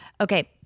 Okay